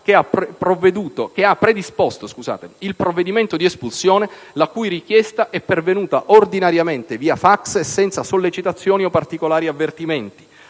che ha predisposto il provvedimento di espulsione, la cui richiesta è pervenuta ordinariamente via fax e senza sollecitazioni o particolari avvertimenti.